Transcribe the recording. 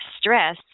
stress